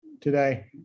today